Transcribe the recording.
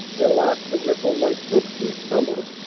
their laughter rippled like brooks in summer,